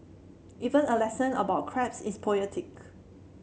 even a lesson about crabs is poetic